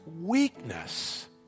weakness